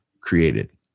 created